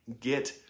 get